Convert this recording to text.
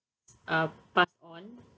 uh pass on